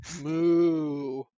Moo